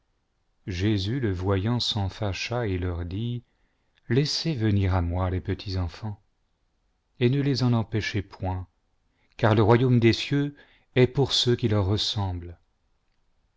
jésus le voyant s'en fâcha et leur dit laissez venir à moi les petits enfants et ne les en empêchez point car le royaume de dieu est pour ceux qui leur ressemblent